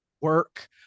work